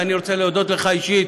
ואני רוצה להודות לך אישית,